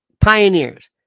pioneers